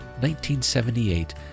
1978